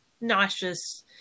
nauseous